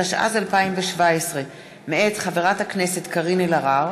התשע"ז 2017, מאת חברת הכנסת קארין אלהרר,